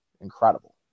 incredible